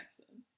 accent